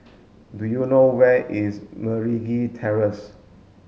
do you know where is Meragi Terrace